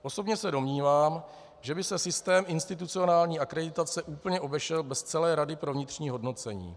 Osobně se domnívám, že by se systém institucionální akreditace úplně obešel bez celé rady pro vnitřní hodnocení.